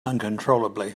uncontrollably